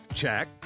check